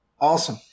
Awesome